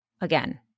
again –